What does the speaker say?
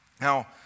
Now